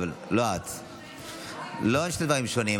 אלה שני דברים שונים.